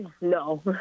no